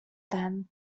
then